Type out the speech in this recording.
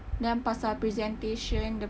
then pasal presentation the